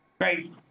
Great